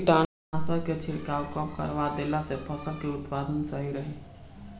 कीटनाशक के छिड़काव कब करवा देला से फसल के उत्पादन सही रही?